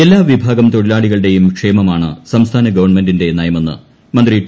എല്ലാ വിഭാഗം തൊഴിലാളികളുടെയും ക്ഷേമമാണ് സംസ്ഥാന ഗവൺമെന്റിന്റെ നയമെന്ന് മന്ത്രി ടി